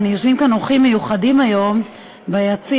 יושבים כאן אורחים מיוחדים היום ביציע: